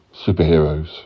superheroes